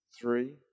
three